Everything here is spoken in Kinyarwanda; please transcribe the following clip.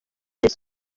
yezu